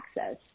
access